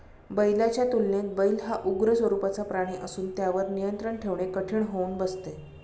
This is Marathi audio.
बैलाच्या तुलनेत बैल हा उग्र स्वरूपाचा प्राणी असून त्यावर नियंत्रण ठेवणे कठीण होऊन बसते